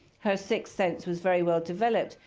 her sixth sense was very well-developed.